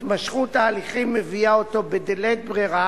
התמשכות ההליכים מביאה אותו בדלית ברירה